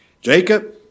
Jacob